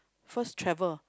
first travel